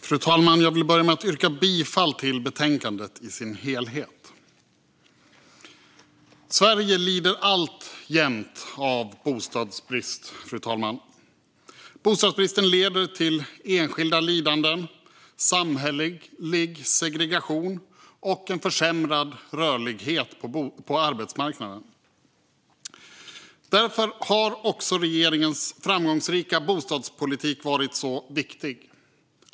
Fru talman! Jag vill börja med att yrka bifall till utskottets förslag i betänkandet. Fru talman! Sverige lider alltjämt av bostadsbrist. Bostadsbristen leder till enskilda lidanden, samhällelig segregation och försämrad rörlighet på arbetsmarknaden. Därför har också regeringens framgångsrika bostadspolitik varit så viktig.